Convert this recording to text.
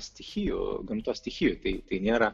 stichijų gamtos stichijų tai tai nėra